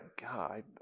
God